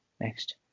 next